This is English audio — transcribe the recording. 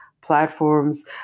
platforms